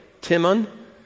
Timon